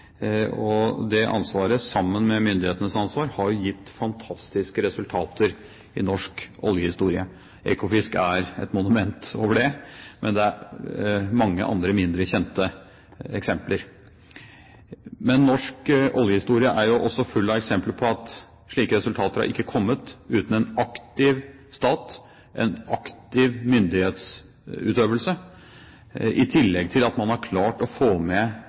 statsråden. Det ansvaret, sammen med myndighetenes ansvar, har gitt fantastiske resultater i norsk oljehistorie. Ekofisk er et monument over det, men det er mange andre mindre kjente eksempler. Men norsk oljehistorie er jo også full av eksempler på at slike resultater har ikke kommet uten en aktiv stat – en aktiv myndighetsutøvelse – i tillegg til at man har klart å få med